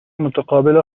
متقابل